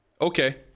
Okay